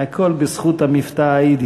הכול בזכות המבטא היידי,